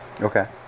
okay